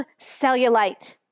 cellulite